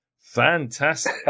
Fantastic